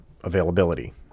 availability